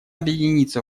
объединиться